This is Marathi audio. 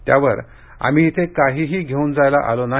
त्यावर आम्ही इथे काहीही घेऊन जायला आलो नाही